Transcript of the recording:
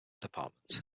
department